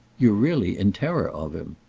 you're really in terror of him.